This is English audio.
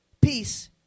Peace